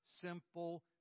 simple